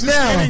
now